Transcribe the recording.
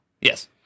Yes